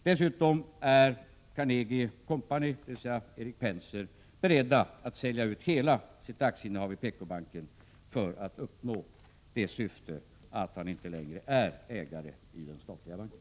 Dessutom är Carnegie & Co — dvs. Erik Penser — berett att sälja hela sitt aktieinnehav i PKbanken för att uppnå syftet att inte längre vara ägare i den statliga banken.